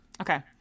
Okay